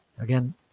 Again